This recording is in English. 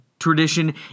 tradition